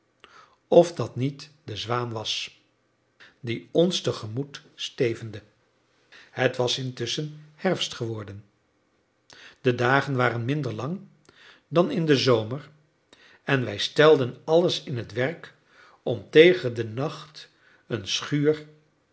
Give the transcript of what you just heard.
of dat niet de zwaan was die ons tegemoet stevende het was intusschen herfst geworden de dagen waren minder lang dan in den zomer en wij stelden alles in het werk om tegen den nacht een schuur